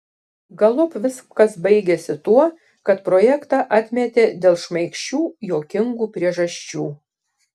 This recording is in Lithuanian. galop viskas baigėsi tuo kad projektą atmetė dėl šmaikščių juokingų priežasčių